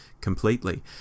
completely